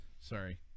Sorry